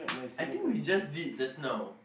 I think we just did just now